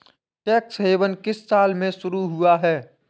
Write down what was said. Tax haven किस साल में शुरू हुआ है?